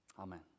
Amen